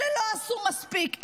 אלה לא עשו מספיק,